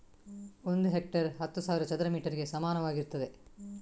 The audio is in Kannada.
ಒಂದು ಹೆಕ್ಟೇರ್ ಹತ್ತು ಸಾವಿರ ಚದರ ಮೀಟರ್ ಗೆ ಸಮಾನವಾಗಿರ್ತದೆ